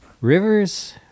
River's